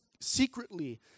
secretly